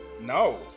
no